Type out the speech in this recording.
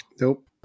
Nope